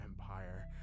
Empire